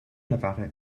nevada